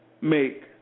make